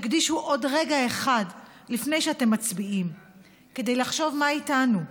אני מאוד מבקשת שתקדישו עוד רגע לפני שאתם מצביעים כדי לחשוב מה איתנו,